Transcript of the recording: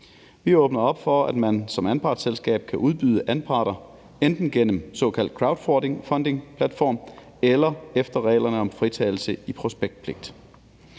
Vi åbner op for, at man som anpartsselskab kan udbyde anparter, enten gennem en såkaldt crowdfundingplatform eller efter reglerne om fritagelse for prospektpligt.